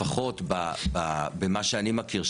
לפחות במה שאני מכיר,